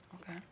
Okay